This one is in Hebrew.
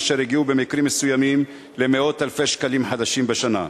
אשר הגיעו במקרים מסוימים למאות אלפי שקלים חדשים בשנה.